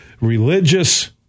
religious